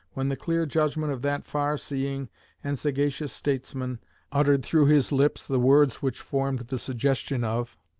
when the clear judgment of that far-seeing and sagacious statesman uttered through his lips the words which formed the suggestion of,